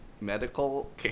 medical